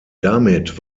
damit